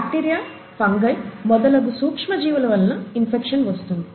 bacteria fungi మొదలగు సూక్ష్మ జీవుల వలన ఇన్ఫెక్షన్ వస్తుంది